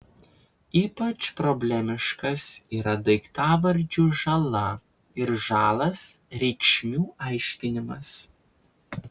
ypač problemiškas yra daiktavardžių žala ir žalas reikšmių aiškinimas